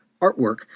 artwork